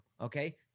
Okay